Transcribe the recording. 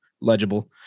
legible